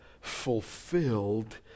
fulfilled